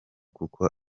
kuko